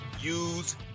use